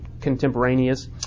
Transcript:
contemporaneous